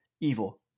evil